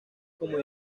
como